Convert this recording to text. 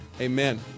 Amen